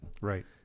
Right